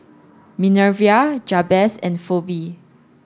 Minervia Jabez and Pheobe